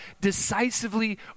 decisively